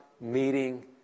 meeting